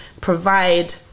provide